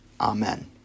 Amen